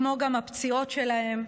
כמו גם הפציעות שלהן.